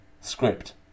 script